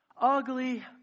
Ugly